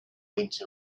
went